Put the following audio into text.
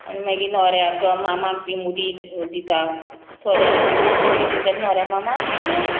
आनी मागीर न्होवऱ्याक मामाक बी मुदी दितात थोडे लोक मुदी दिना जाल्यार न्होवऱ्या मामाक